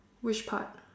which part